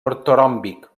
ortoròmbic